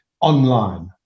online